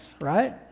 right